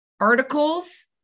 articles